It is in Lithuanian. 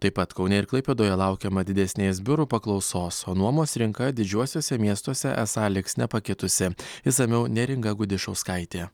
taip pat kaune ir klaipėdoje laukiama didesnės biurų paklausos o nuomos rinka didžiuosiuose miestuose esą liks nepakitusi išsamiau neringa gudišauskaitė